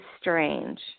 strange